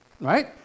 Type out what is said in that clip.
Right